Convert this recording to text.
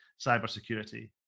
cybersecurity